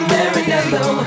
Marinello